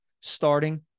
starting